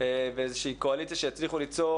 ואיזושהי קואליציה שהצליחו ליצור,